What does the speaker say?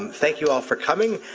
thank you all for coming.